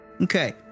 Okay